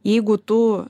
jeigu tu